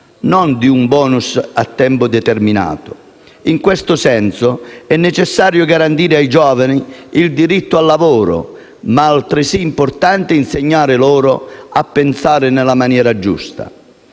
non di un *bonus* a tempo determinato. In questo senso, è necessario garantire ai giovani il diritto al lavoro. Ma è altresì importante insegnare loro a pensare nella maniera giusta,